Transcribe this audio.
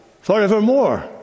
forevermore